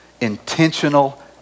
intentional